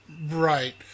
right